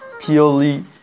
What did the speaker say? purely